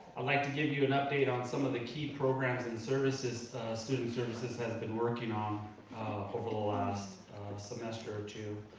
i'd like to give you an update on some of the key programs and services student services has been working on over the last semester or two.